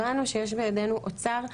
הבנו שיש בידינו אוצר,